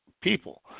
people